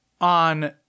on